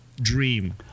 dream